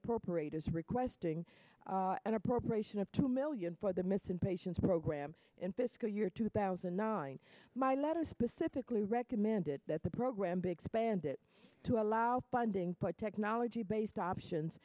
appropriate as requesting an appropriation of two million for the missing patients program in fiscal year two thousand and nine my letter specifically recommended that the program be expanded to allow funding part technology based options